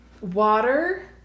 Water